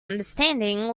understanding